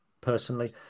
personally